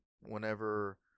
whenever